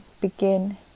begin